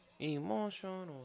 Emotional